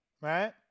right